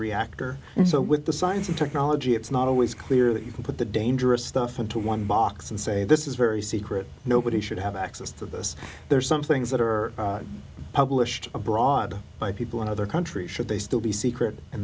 reactor and so with the science and technology it's not always clear that you can put the dangerous stuff into one box and say this is very secret nobody should have access to this there are some things that are published abroad by people in other countries should they still be secret in